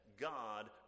God